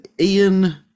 Ian